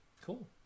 cool